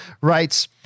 writes